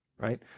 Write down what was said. right